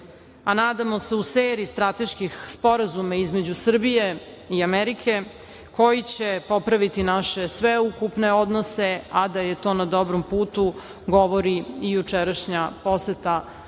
a nadamo se u seriji strateških sporazuma, između Srbije i Amerike koji će popraviti naše sveukupne odnose, a da je to na dobrom putu govori i jučerašnja poseta Donalda